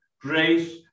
grace